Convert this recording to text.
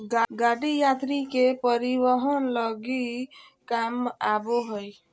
गाड़ी यात्री के परिवहन लगी काम आबो हइ